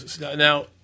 Now